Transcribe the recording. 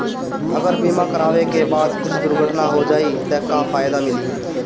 अगर बीमा करावे के बाद कुछ दुर्घटना हो जाई त का फायदा मिली?